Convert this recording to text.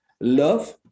love